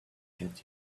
get